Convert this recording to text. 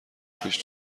پیش